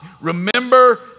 Remember